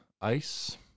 ice